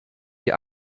die